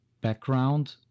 background